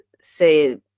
say